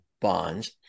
bonds